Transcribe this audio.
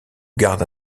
garde